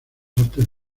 artes